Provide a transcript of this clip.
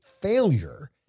failure